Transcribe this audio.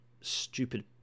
stupid